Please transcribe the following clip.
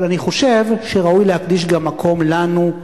אבל אני חושב שראוי להקדיש גם מקום לנו,